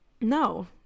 No